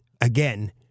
again